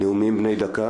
נאומים בני דקה